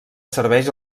serveix